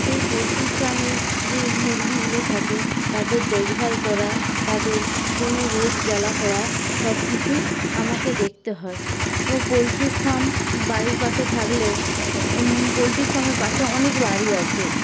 সেই পোলট্রি ফার্মে যে মুরগিগুলো থাকে তাদের দেখভাল করা তাদের কোনো রোগজ্বালা হওয়া সবকিছুই আমাকে দেখতে হয় ও পোলট্রি ফার্ম বাড়ির পাশে থাকলেও পোলট্রি ফার্মের পাশে অনেক বাড়ি আছে